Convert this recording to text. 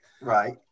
Right